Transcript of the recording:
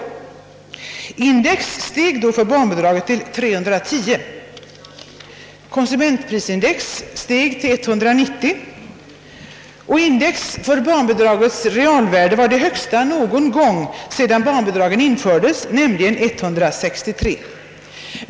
Index för barnbidraget steg då till 310, konsumentprisindex till 190, och index för barnbidragets realvärde var det högsta någon gång sedan barnbidragen infördes, nämligen 163.